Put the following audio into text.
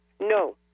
No